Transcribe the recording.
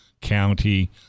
County